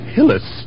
Hillis